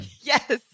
yes